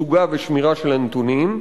לתצוגה ולשמירה של הנתונים,